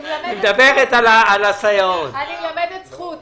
אני מבקש מכל החברים